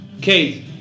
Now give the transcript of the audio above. Kate